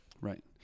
Right